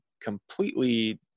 completely